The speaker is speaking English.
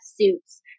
suits